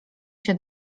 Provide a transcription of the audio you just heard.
się